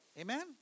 amen